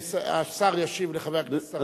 השר ישיב לחבר הכנסת צרצור.